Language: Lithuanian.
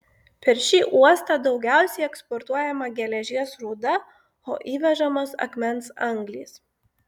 per šį uostą daugiausiai eksportuojama geležies rūda o įvežamos akmens anglys